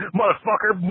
motherfucker